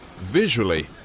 Visually